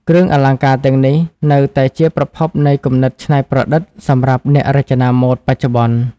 គ្រឿងអលង្ការទាំងនេះនៅតែជាប្រភពនៃគំនិតច្នៃប្រឌិតសម្រាប់អ្នករចនាម៉ូដបច្ចុប្បន្ន។